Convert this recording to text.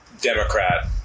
Democrat